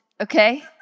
okay